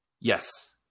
Yes